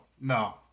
no